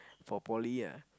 for poly ah